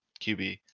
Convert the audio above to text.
QB